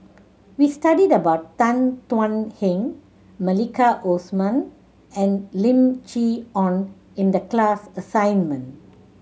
we studied about Tan Thuan Heng Maliki Osman and Lim Chee Onn in the class assignment